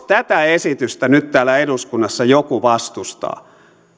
jos tätä esitystä nyt täällä eduskunnassa joku vastustaa